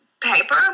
paper